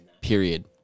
Period